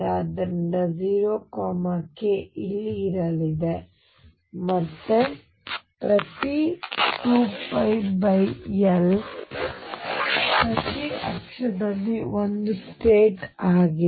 ಆದ್ದರಿಂದ 0 K ಇಲ್ಲಿ ಇರಲಿದೆ ಮತ್ತೆ ಪ್ರತಿ 2π L ಪ್ರತಿ ಅಕ್ಷದಲ್ಲಿ ಒಂದು ಸ್ಟೇಟ್ ಇದೆ